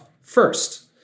first